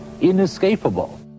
inescapable